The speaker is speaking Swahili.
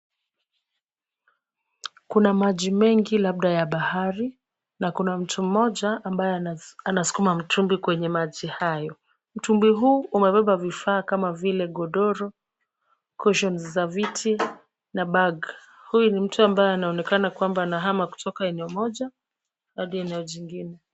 Kuna maji mengi labda ya bahari, na kuna mtu mmoja ambaye anasukuma mtumbwi kwenye maji hayo. Mtumbwi huu umebeba vifaa kama vile godoro, cushions za viti, na bag . Huyu ni mtu ambaye anaonekana kwamba ana hama kutoka eneo moja hadi eneo jingine.